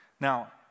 Now